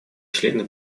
члены